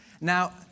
Now